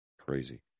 crazy